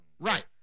Right